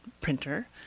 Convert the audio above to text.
printer